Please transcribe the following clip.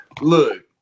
look